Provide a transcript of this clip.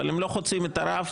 אבל הם לא חוצים את הרף,